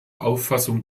auffassung